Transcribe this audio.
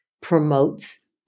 promotes